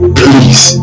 please